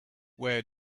where